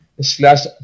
slash